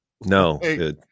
no